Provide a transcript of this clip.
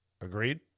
Agreed